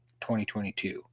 2022